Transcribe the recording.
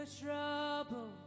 trouble